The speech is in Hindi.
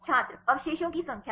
छात्र अवशेषों की संख्या